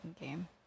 game